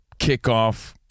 kickoff